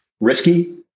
risky